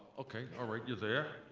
okay, all right, youire there,